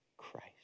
Christ